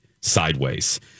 sideways